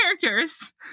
characters